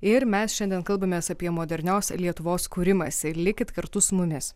ir mes šiandien kalbamės apie modernios lietuvos kūrimąsi ir likit kartu su mumis